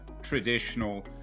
traditional